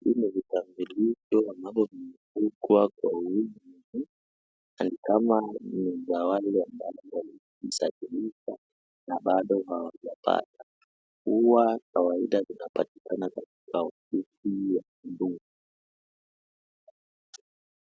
Hivi ni vitambulisho ambavyo vimefunikwa kwa uzi. Ni kama ni za wale ambao walisajiliwa na bado hawajapata. Huwa kwa kawaida zinapatikana katika ofisi ya mbunge.